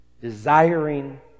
desiring